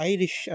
Irish